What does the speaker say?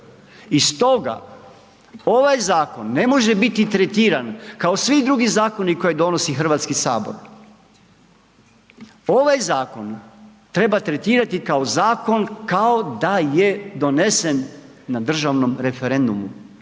i stoga ovaj zakon ne može biti tretiran kao svi drugi zakoni koje donosi HS, ovaj zakon treba tretirati kao zakon kao da je donesen na državnom referendumu